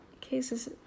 cases